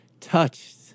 touched